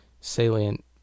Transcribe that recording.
salient